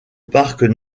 parc